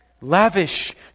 Lavish